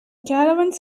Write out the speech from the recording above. caravans